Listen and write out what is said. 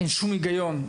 אין שום היגיון.